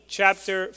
chapter